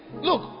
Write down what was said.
look